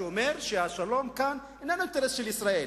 שאומר שהשלום כאן הוא לא אינטרס של ישראל,